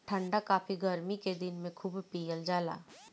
ठंडा काफी गरमी के दिन में खूब पियल जाला